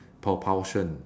propulsion